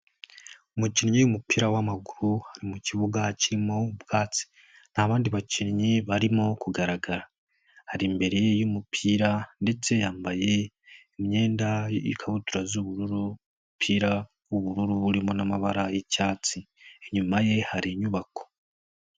Umukinnyi w'umupira w'amaguru ari mu kibuga kirimo ubwatsi, nta bandi bakinnyi barimo kugaragara, ari imbere y'umupira ndetse yambaye imyenda ikabutura z'ubururu, umupira w'ubururu urimo n'amabara y'icyatsi, inyuma ye hari inyubako.